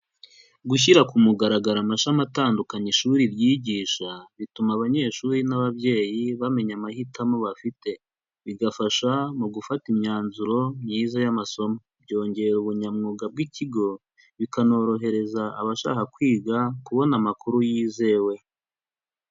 Gushyira ku mugaragaro amashami atandukanye ishuri ryigisha, bituma abanyeshuri n'ababyeyi bamenya amahitamo bafite. Bigafasha mu gufata imyanzuro myiza y'amasomo, byongera ubunyamwuga bw'ikigo, bikanorohereza abashaka kwiga kubona amakuru yizewe.